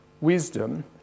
Wisdom